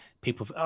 people